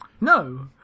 No